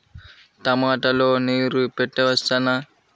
టమాట లో నీరు పెట్టవచ్చునా?